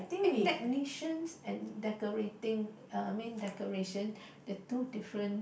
eh technicians and decorating uh I mean decorations they're two different